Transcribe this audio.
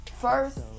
First